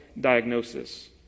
diagnosis